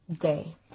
day